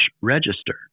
register